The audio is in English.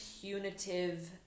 punitive